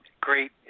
great